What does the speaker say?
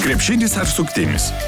krepšinis ar suktinis